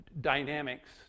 dynamics